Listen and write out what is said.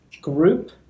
group